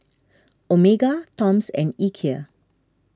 Omega Toms and Ikea